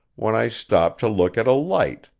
when i stopped to look at a light,